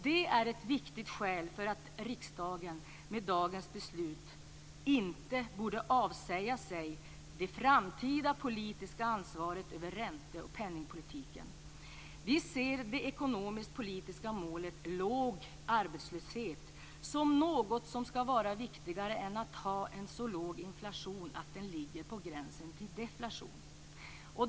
Det är ett viktigt skäl till att riksdagen med dagens beslut inte borde avsäga sig det framtida politiska ansvaret för ränte och penningpolitiken. Vi ser det ekonomisk-politiska målet låg arbetslöshet som någonting som skall var viktigare än att ha en så låg inflation att den ligger på gränsen till deflation.